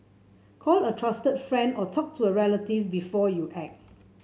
call a trusted friend or talk to a relative before you act